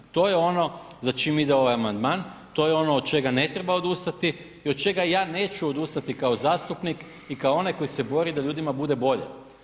To je ono za čime ide ovaj amandman, to je ono od čega ne treba odustati i od čega ja neću odustati kao zastupnik i kao onaj koji se bori da ljudima bude bolje.